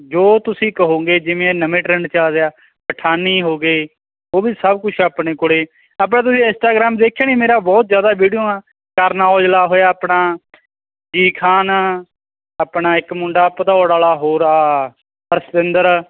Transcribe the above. ਜੋ ਤੁਸੀਂ ਕਹੋਗੇ ਜਿਵੇਂ ਨਵੇਂ ਟਰੈਂਡ ਚੱਲ ਰਿਹਾ ਪਠਾਨੀ ਹੋ ਗਏ ਉਹ ਵੀ ਸਭ ਕੁਛ ਆਪਣੇ ਕੋਲ ਆਪਣਾ ਤੁਸੀਂ ਇੰਸਟਾਗਰਾਮ ਦੇਖਿਆ ਨਹੀਂ ਮੇਰਾ ਬਹੁਤ ਜ਼ਿਆਦਾ ਵੀਡੀਓ ਆ ਕਰਨ ਔਜਲਾ ਹੋਇਆ ਆਪਣਾ ਜੀ ਖਾਨ ਆਪਣਾ ਇੱਕ ਮੁੰਡਾ ਭਦੌੜ ਵਾਲਾ ਹੋਰ ਆ ਅਰਸ਼ਵਿੰਦਰ